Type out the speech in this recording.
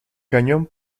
cañón